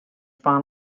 bahn